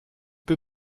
peu